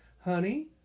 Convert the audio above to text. Honey